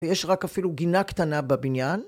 ויש רק אפילו גינה קטנה בבניין